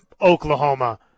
oklahoma